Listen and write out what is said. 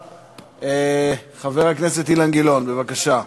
יאריך את ימיך וייתן לך בריאות.